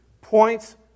points